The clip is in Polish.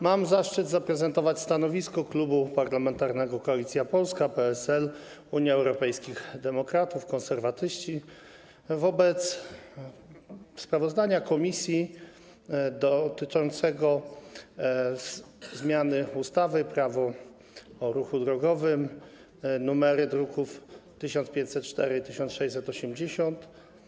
Mam zaszczyt zaprezentować stanowisko Klubu Parlamentarnego Koalicja Polska - PSL, Unia Europejskich Demokratów, Konserwatyści wobec sprawozdania komisji dotyczącego zmiany ustawy - Prawo o ruchu drogowym, numery druków 1504 i 1680.